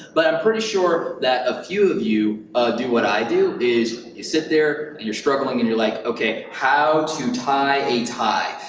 but i'm pretty sure that a few of you do what i do, is you sit there and you're struggling and you're like, okay, how to tie a tie.